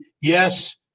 yes